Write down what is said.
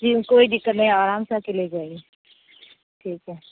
جی کوئی دقت نہیں آرام سے آ کے لے جائیے ٹھیک ہے